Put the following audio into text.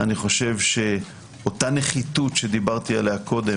אני חושב שאותה נחיתות שדיברתי עליה קודם